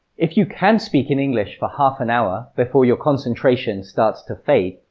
if you can speak in english for half an hour before your concentration starts to fade,